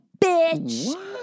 bitch